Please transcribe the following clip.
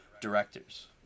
directors